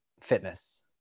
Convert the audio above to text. fitness